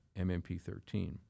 MMP13